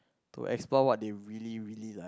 to explore what they really really like